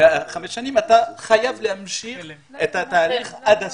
חמש שנים, הוא חייב להמשיך את התהליך עד הסוף.